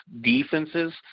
defenses